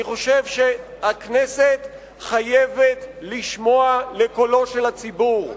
אני חושב שהכנסת חייבת לשמוע לקולו של הציבור,